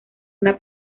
una